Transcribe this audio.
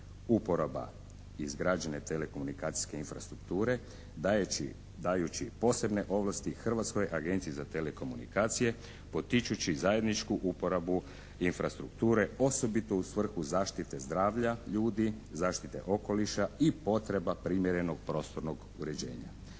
uporaba izgrađene telekomunikacijske infrastrukture dajući posebne ovlasti Hrvatskoj agenciji za telekomunikacije potičući zajedničku uporabu infrastrukture osobito u svrhu zaštite zdravlja, ljudi, zaštite okoliša i potreba primjerenog prostornog uređenja.